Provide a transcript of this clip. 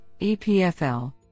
EPFL